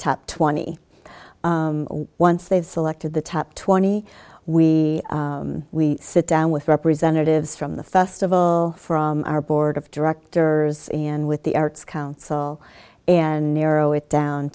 top twenty once they've selected the top twenty we we sit down with representatives from the festival from our board of directors and with the arts council and narrow it down